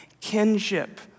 Kinship